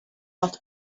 out